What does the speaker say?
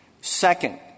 Second